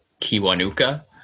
Kiwanuka